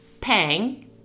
Pang